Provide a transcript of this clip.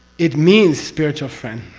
it means spiritual friend,